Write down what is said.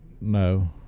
No